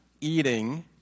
Eating